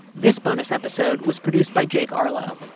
this bonus episode was produced by jake arlow.